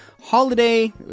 holiday